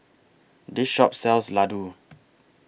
This Shop sells Ladoo